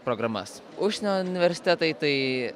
programas užsienio universitetai tai